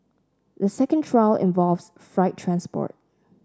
the second trial involves freight transport